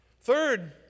Third